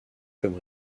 comme